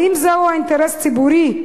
האם זהו האינטרס הציבורי,